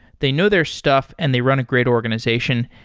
they know their stuff and they run a great organization.